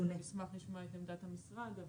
ואנחנו נשמח לשמוע את עמדת המשרד,